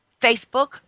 Facebook